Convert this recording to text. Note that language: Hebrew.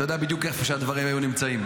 אתה יודע בדיוק איפה הדברים היו נמצאים,